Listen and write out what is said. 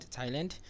Thailand